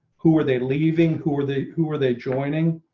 who are they leaving. who are they, who are they, joining